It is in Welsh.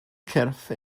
cyrff